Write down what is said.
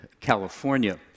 California